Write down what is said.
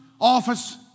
office